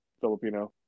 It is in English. Filipino